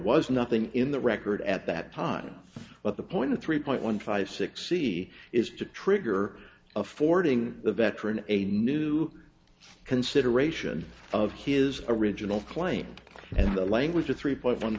was nothing in the record at that time but the point of three point one five six c is to trigger affording the veteran a new consideration of his original claim and the language of three point one